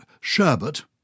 Sherbet